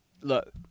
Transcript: look